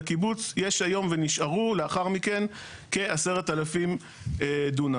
לקיבוץ, יש היום ונשארו לאחר מכן, כ-10,000 דונם.